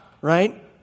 right